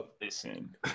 Listen